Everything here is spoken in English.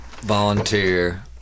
volunteer